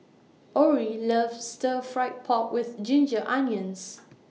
Orie loves Stir Fried Pork with Ginger Onions